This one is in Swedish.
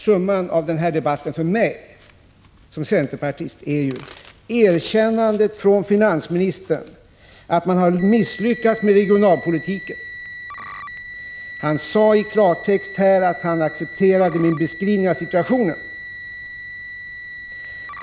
Summan av denna debatt för mig som centerpartist är erkännandet från finansministern att han inser misslyckandet med regionalpolitiken. Han sade i klartext att han accepterade min beskrivning av situationen.